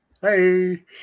Hey